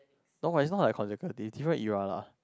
no but it's not like consecutive different era lah